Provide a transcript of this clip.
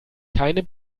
keine